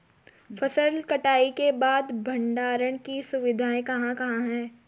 फसल कटाई के बाद भंडारण की सुविधाएं कहाँ कहाँ हैं?